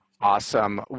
Awesome